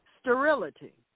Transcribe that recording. sterility